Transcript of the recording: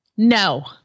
No